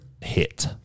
hit